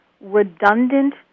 redundant